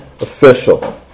official